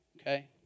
okay